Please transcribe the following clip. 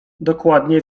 dokładnie